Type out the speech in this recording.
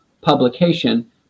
publication